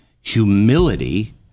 humility